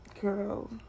girl